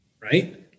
right